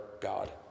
God